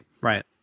Right